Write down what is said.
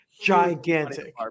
gigantic